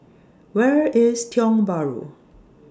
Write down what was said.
Where IS Tiong Bahru